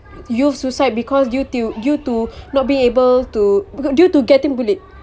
youth suicide because due to due to not being able to because due to getting bullied